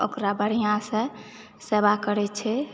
ओकरा बढ़िऑं सॅं सेवा करै छै